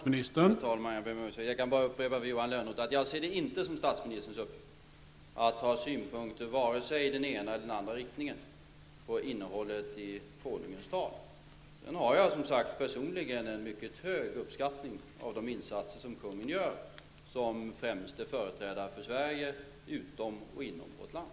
Herr talman! Jag kan bara upprepa för Johan Lönnroth att jag inte ser det som statsministerns uppgift att ha synpunkter i den ena eller den andra riktningen på innehållet i konungens tal. Jag har, som sagt, personligen en mycket hög uppskattning av de insatser som kungen gör som främste företrädare för Sverige utom och inom vårt land.